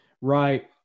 Right